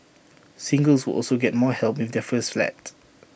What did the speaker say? singles will also get more help with their first flat